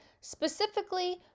specifically